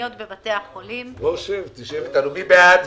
שעה לשנת 2020) (תיקון מס' 6). תיקון סעיף 11.בחוק-יסוד: